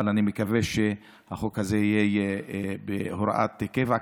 אבל אני מקווה שהחוק הזה יהיה הוראת קבע,